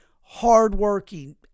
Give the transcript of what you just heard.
hardworking